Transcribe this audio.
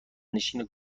نشین